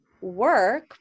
work